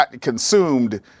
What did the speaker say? consumed